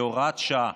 בהוראת שעה